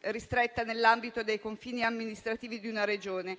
ristretta nell'ambito dei confini amministrativi di una Regione.